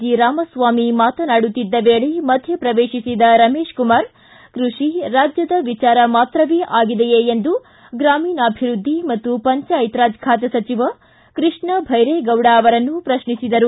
G Ramaswamy ಮಾತನಾಡುತಿದ್ದ ವೇಳೆ ಮಧ್ಯ ಪ್ರವೇಶಿಸಿದ ರಮೇಶಕುಮಾರ ಕೃಷಿ ರಾಜ್ಯದ ವಿಚಾರ ಮಾತ್ರವೇ ಆಗಿದೆಯೇ ಎಂದು ಗ್ರಾಮೀಣಾಭಿವೃದ್ದಿ ಮತ್ತು ಪಂಚಾಯತ್ ಬಾತೆ ಸಚಿವ ಕೃಷ್ಣ ಧೈರೇಗೌಡ ಅವರನ್ನು ಪ್ರತ್ನಿಸಿದರು